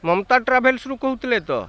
ମମତା ଟ୍ରାଭେଲସରୁ କହୁଥିଲେ ତ